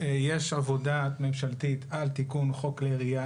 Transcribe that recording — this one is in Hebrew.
יש עבודה ממשלתית על תיקון חוק כלי ירייה.